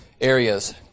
areas